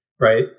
right